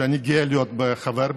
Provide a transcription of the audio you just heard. ועדה שאני גאה להיות חבר בה,